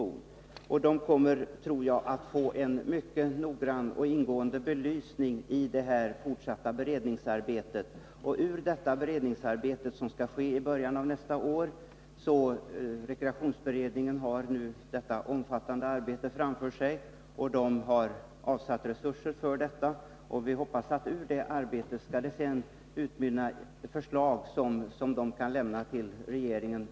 En rad rekreationsfrågor kommer att få en mycket noggrann och ingående belysning i det beredningsarbete som skall ske i början av nästa år. Rekreationsberedningen har alltså ett omfattande arbete framför sig och har resurser för det. Det arbetet skall utmynna i förslag till regeringen.